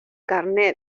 carné